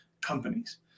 companies